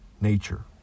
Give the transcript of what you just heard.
nature